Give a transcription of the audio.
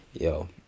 Yo